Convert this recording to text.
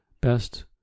best